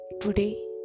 Today